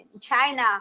China